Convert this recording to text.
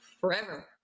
forever